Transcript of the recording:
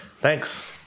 Thanks